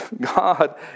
God